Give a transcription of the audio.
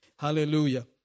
Hallelujah